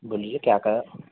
بولیے کیا کہا